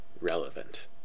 relevant